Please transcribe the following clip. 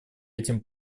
этим